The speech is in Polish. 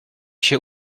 się